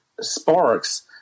sparks